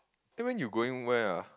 then when you going where ah